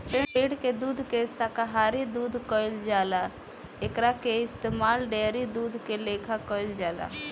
पेड़ के दूध के शाकाहारी दूध कहल जाला एकरा के इस्तमाल डेयरी दूध के लेखा कईल जाला